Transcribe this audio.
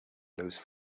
lose